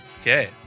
Okay